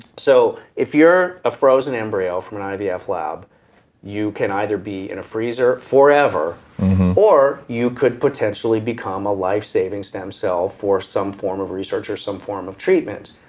so if you're a frozen embryo from an ivf yeah ivf lab you can either be in a freezer forever or you could potentially become a lifesaving stem cell for some form of research or some form of treatment.